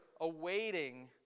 awaiting